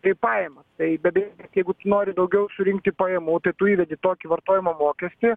tai pajamas tai be abejones jeigu tu nori daugiau surinkti pajamų tai tu įvedi tokį vartojimo mokestį